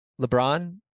LeBron